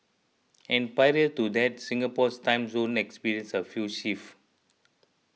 and prior to that Singapore's time zone experienced a few shift